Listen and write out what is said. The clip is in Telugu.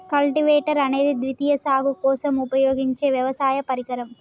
కల్టివేటర్ అనేది ద్వితీయ సాగు కోసం ఉపయోగించే వ్యవసాయ పరికరం